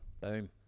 Boom